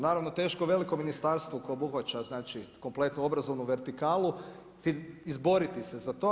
Naravno, teško je velikom ministarstvu koje obuhvaća znači kompletnu obrazovnu vertikalu izboriti se za to.